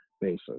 basis